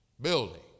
Building